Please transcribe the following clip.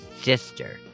sister